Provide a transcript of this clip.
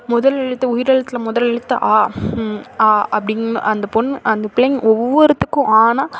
முதல் எழுத்து உயிரெழுத்தில் முதல் எழுத்து அ அ அப்படிங் அந்த பொண் அந்த பிளைங்க ஒவ்வொருத்துக்கும் ஆனால்